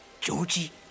Georgie